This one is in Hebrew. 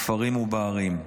בכפרים ובערים.